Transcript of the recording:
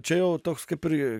čia jau toks kaip irgi